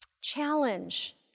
challenge